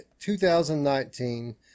2019